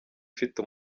ifite